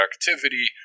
productivity